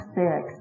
six